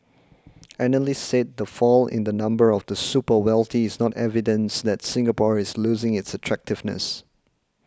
analysts said the fall in the number of the super wealthy is not evidence that Singapore is losing its attractiveness